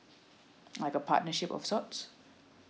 like a partnership of sorts